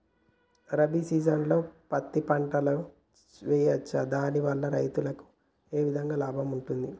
రబీ సీజన్లో పత్తి పంటలు వేయచ్చా దాని వల్ల రైతులకు ఏ విధంగా లాభం ఉంటది?